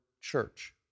church